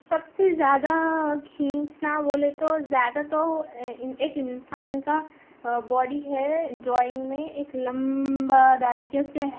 سب سے زیادہ کھینچنا بولے تو زیادہ تو ایک انسان کا باڈی ہے ڈرائنگ میں ایک لمبا ڈال کے اس کے